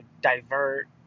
divert